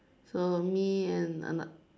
so me and ano~